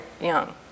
young